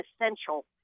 essential